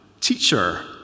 Teacher